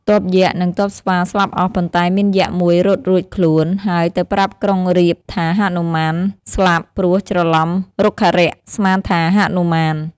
ទ័ពយក្សនិង ទ័ពស្វាស្លាប់អស់ ប៉ុន្តែមានយក្សមួយរត់រួចខ្លួន ហើយទៅប្រាប់ក្រុងរាពណ៍ថាហនុមានស្លាប់ ព្រោះច្រឡំរុក្ខរក្ស ស្មានថាហនុមាន។